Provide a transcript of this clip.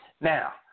Now